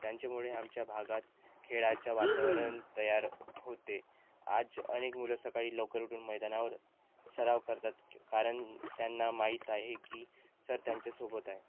त्यांच्यामुळे आमच्या भागात खेळाच्या वातावरण तयार होते आज अनेक मुलं सकाळी लवकर उठून मैदानावर सराव करतात कारण त्यांना माहीत आहे की सर त्यांच्या सोबत आहे